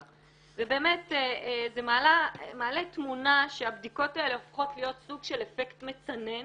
ובאמת זה מעלה תמונה שהבדיקות האלה הופכות להיות סוג של אפקט מצנן,